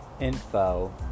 info